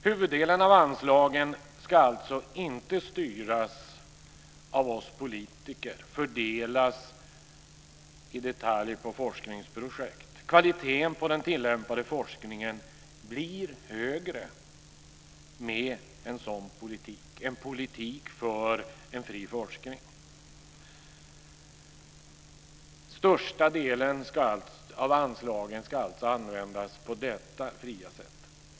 Huvuddelen av anslagen ska alltså inte styras av oss politiker och fördelas i detalj till forskningsprojekt. Kvaliteten på den tillämpade forskningen blir högre med en politik för en fri forskning. Största delen av anslagen ska alltså användas på detta fria sätt.